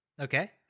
Okay